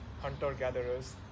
hunter-gatherers